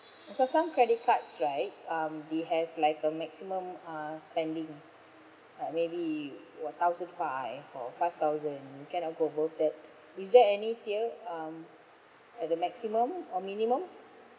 because some credit cards right um they have like a maximum uh spending uh maybe one thousand five or five thousand cannot go above that is there any tier um at the maximum or minimum